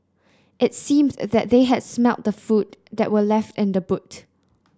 it seemed that they had smelt the food that were left in the boot